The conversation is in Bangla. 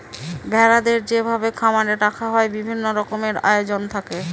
ভেড়াদের যেভাবে খামারে রাখা হয় বিভিন্ন রকমের আয়োজন থাকে